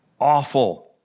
awful